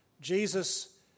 Jesus